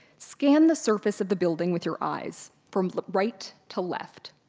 scan the surface of the building with your eyes from the right to left.